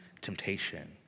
temptation